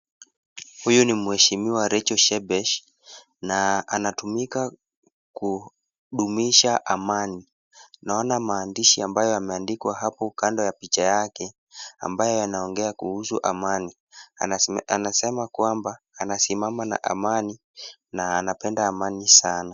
Huyu ni mheshimiwa Racheal Shebesh na anatumika kudumisha amani. Naona maandishi ambayo yameandikwa hapo kando ya picha yake ambayo yanaongea kuhusu amani. Anasema kwamba anasimama na amani na anapenda amani sana.